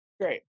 great